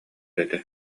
этэ